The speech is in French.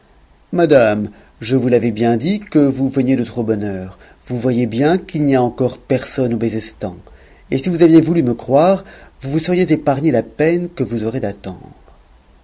madame je vous l'avais bien dit que vous veniez de trop bonne heure vous voyez bien qu'il n'y a encore personne au bezestan et si vous aviez voulu me croire vous vous seriez épargné la peine que vous aurez d'attendre